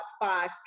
five